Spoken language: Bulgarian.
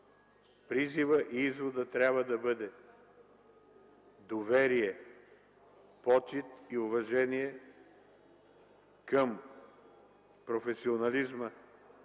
призивът, изводът трябва да бъде: доверие, почит и уважение към професионализма,